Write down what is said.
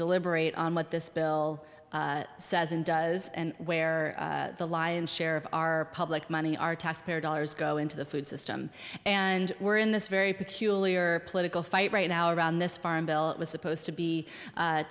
deliberate on what this bill says and does and where the lion's share of our public money our taxpayer dollars go into the food system and we're in this very peculiar political fight right now around this farm bill it was supposed to be